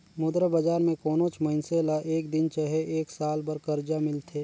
मुद्रा बजार में कोनोच मइनसे ल एक दिन चहे एक साल बर करजा मिलथे